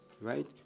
right